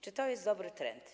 Czy to jest dobry trend?